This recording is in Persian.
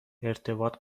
ارتباط